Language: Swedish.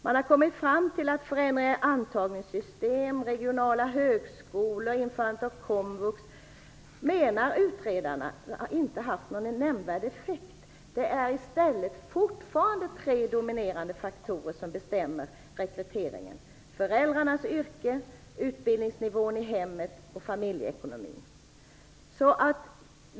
Utredarna menar att förändringar i antagningssystem, regionala högskolor och införande av komvux inte har haft någon nämnvärd effekt. Det är fortfarande tre dominerande faktorer som bestämmer rekryteringen, nämligen föräldrarnas yrke, utbildningsnivån i hemmet och familjeekonomin.